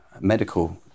medical